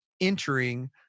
entering